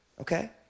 okay